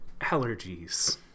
allergies